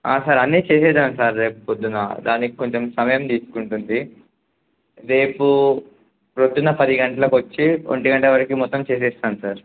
sir అన్నీ చేసేద్దాము sir రేపు పొద్దున దానికి కొంచెం సమయం తీసుకుంటుంది రేపు ప్రొద్దున్న పది గంటలకు వచ్చి ఒంటి గంట వరకి మొత్తం చేసేస్తాను సార్